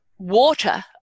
Water